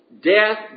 Death